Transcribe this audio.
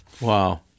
Wow